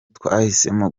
twahisemo